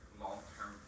long-term